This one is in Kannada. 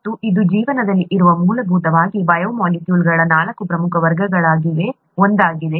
ಮತ್ತು ಇದು ಜೀವನದಲ್ಲಿ ಇರುವ ಮೂಲಭೂತ ಬಯೋಮಾಲಿಕ್ಯೂಲ್ ಗಳ ನಾಲ್ಕು ಪ್ರಮುಖ ವರ್ಗಗಳಲ್ಲಿ ಒಂದಾಗಿದೆ